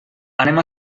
anem